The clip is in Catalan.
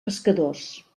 pescadors